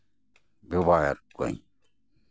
ᱡᱚᱜᱟᱣᱭᱮᱫ ᱠᱚᱣᱟᱧ